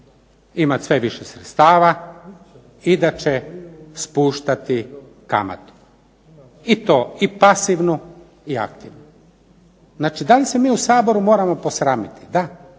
imati sve više sredstava i da će spuštati kamatu. I to pasivnu i aktivnu. Znači da li se mi u Saboru moramo posramiti? Da.